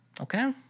Okay